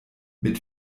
mit